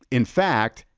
in fact,